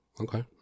Okay